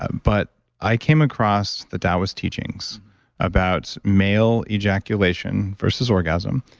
ah but i came across the taoist teachings about male ejaculation versus orgasm.